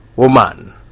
Woman